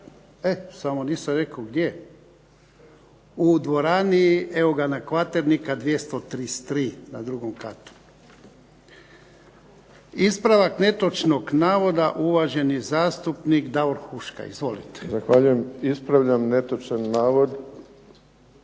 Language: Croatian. E samo nisam rekao gdje. U dvorani "Eugena Kvaternika" 233, na drugom katu. Ispravak netočnog navoda, uvaženi zastupnik Davor Huška. Izvolite. **Huška, Davor (HDZ)** Zahvaljujem. Ispravljam netočan navod